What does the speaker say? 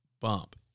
Bump